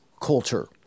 culture